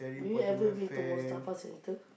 do you ever been to Mustafa centre